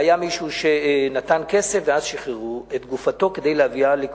והיה מישהו שנתן כסף ואז שחררו את גופתו כדי להביאה לקבורה.